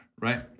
right